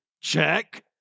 Check